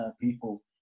people